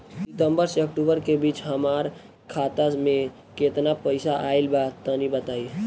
सितंबर से अक्टूबर के बीच हमार खाता मे केतना पईसा आइल बा तनि बताईं?